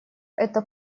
это